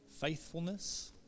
faithfulness